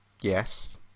Yes